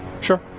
Sure